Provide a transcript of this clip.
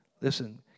Listen